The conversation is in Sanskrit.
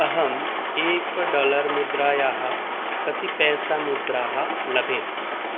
अहम् एक डालर् मुद्रायाः कति पेसमुद्राः लभे